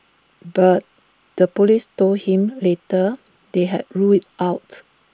but the Police told him later they had ruled IT out